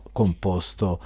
composto